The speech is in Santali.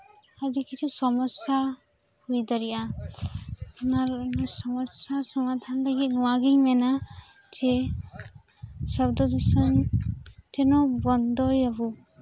ᱟᱹᱰᱤ ᱠᱤᱪᱷᱩ ᱥᱚᱢᱚᱥᱥᱟ ᱦᱩᱭ ᱫᱟᱲᱮᱭᱟᱜᱼᱟ ᱚᱱᱟ ᱥᱚᱢᱚᱥᱥᱟ ᱥᱚᱢᱟᱫᱷᱟᱱ ᱞᱟᱹᱜᱤᱫ ᱱᱚᱣᱟ ᱜᱤᱧ ᱢᱮᱱᱟ ᱡᱮ ᱥᱚᱵᱫᱚ ᱫᱩᱥᱚᱱ ᱛᱤᱱᱟᱹᱜ ᱵᱚᱱᱫᱚᱭᱟᱵᱚ